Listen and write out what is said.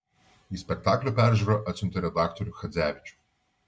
į spektaklio peržiūrą atsiuntė redaktorių chadzevičių